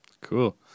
Cool